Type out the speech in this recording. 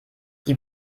die